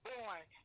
Born